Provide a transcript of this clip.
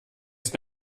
ist